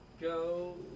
go